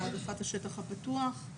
העדפת השטח הפתוח.